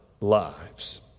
lives